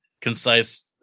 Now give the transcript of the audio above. concise